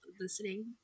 listening